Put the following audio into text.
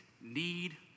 need